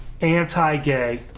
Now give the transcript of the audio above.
anti-gay